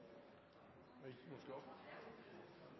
Jeg fikk ikke